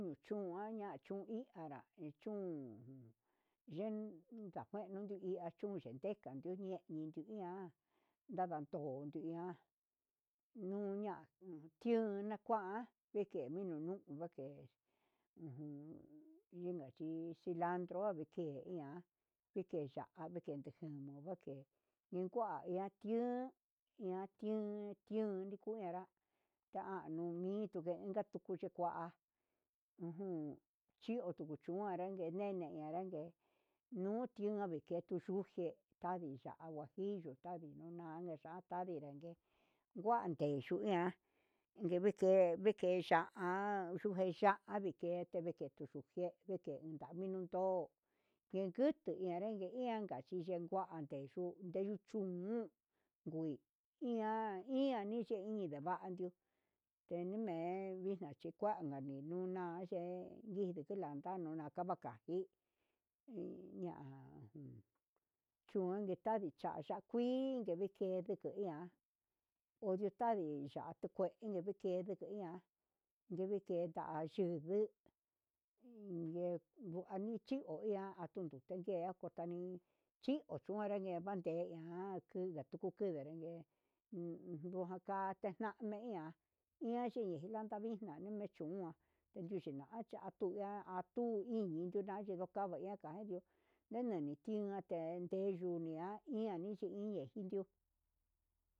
Nuchuaña nuchun inkanrá chun ndiajan juenuu undecheka nuu ñe'e nundu iha nadando nruian nunnian tiu nakuan ndeke ninu nuu ndeke ujun ninu tu cilandro ndeke ña'a ndeke yangue kende jenuu vake'e ñikua ian tiun ian tiun tiun nikunguera nagu nintu ndeka chiku nikua, chiu chuchu nanrangue nene ian ngue nution nane jentu yujé, ta ya'á huajillo tandi nuna tandin ningue huandeyu ian, veke vike ya'á xhuje ya'á vikete viketu jé yuu ngavinuu to'o ndunjutu inake nianke chiche nguande yuu ne'e, inchu nuu trui ña'a iye niñe ndevandio tenix men inka chikuakani una yen ndide kilanda nuu nakava kuii uan nikavi ya'a kuii ke ndike nduku iha ondutadi kedikue yuku ihan yingueta yuduu, inde anichivo iha ndudenke kutani iun kucahninte kanrakue iha kunga tuu kundue nregue uundaka untame iha xhixne andavixna'a yune xhunua ninuchenracha, atuya atuu iiñi atune tunukava ñakai nene nitian ye'e tinuni ian ia iin yuu inde nindio.